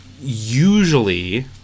Usually